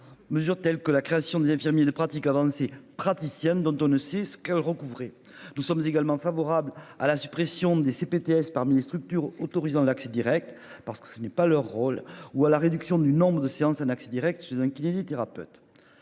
Mesures telles que la création des infirmiers de pratique avancée praticienne dont on ne sait ce que recouvrait. Nous sommes également favorables à la suppression des CPTS parmi les structures autorisant l'accès Direct parce que ce n'est pas leur rôle ou à la réduction du nombre de séance un accès Direct chez un kinésithérapeute.